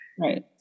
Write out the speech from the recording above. right